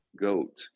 goat